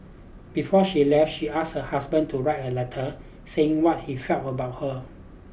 before she left she asked her husband to write a letter saying what he felt about her